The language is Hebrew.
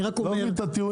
אני לא מבין את הטיעונים.